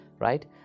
right